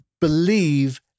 believe